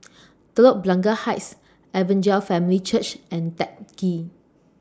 Telok Blangah Heights Evangel Family Church and Teck Ghee